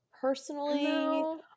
personally